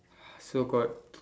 so got